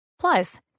Plus